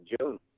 June